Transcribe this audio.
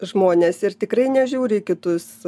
žmonės ir tikrai nežiūri į kitus